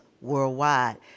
worldwide